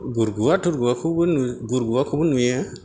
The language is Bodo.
गुरगुवा थुरगुवाखौबो गुरगुवाखौबो नुयो